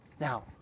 Now